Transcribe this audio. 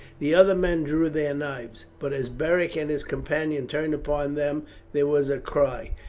the other men drew their knives, but as beric and his companion turned upon them there was a cry,